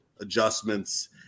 adjustments